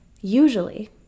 usually